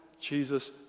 jesus